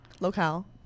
Locale